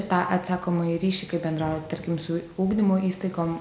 tą atsakomąjį ryšį kai bendraujat tarkim su ugdymo įstaigom